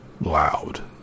loud